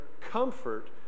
comfort